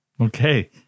okay